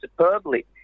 superbly